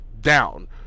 down